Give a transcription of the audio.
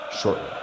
shortly